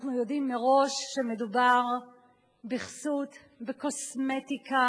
אנחנו יודעים מראש שמדובר בכסות, בקוסמטיקה,